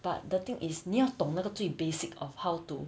but the thing is 你要懂那个最 basic of how to